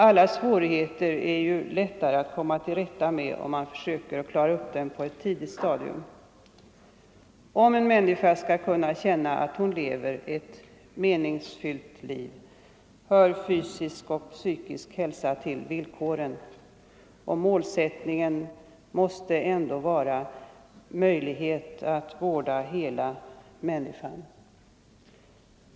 Alla svårigheter är ju lättare att komma till rätta med, om man försöker klara upp dem på ett tidigt stadium. Om en människa skall kunna känna att hon lever ett meningsfyllt liv hör fysisk och psykisk hälsa till villkoren. Målsättningen måste ändå vara möjlighet att vårda hela människan.